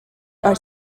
are